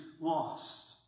lost